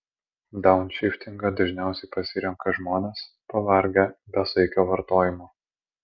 daunšiftingą dažniausiai pasirenka žmonės pavargę besaikio vartojimo